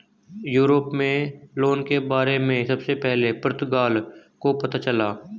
Europe में loan के बारे में सबसे पहले पुर्तगाल को पता चला